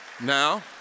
Now